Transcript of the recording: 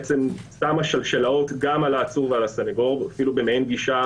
שמה שלשלאות גם על העצור והסנגור במעין גישה